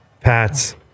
Pats